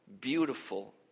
beautiful